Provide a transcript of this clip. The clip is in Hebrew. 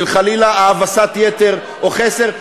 חלילה בהאבסת יתר או חסר.